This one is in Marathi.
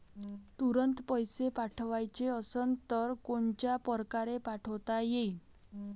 तुरंत पैसे पाठवाचे असन तर कोनच्या परकारे पाठोता येईन?